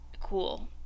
cool